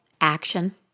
action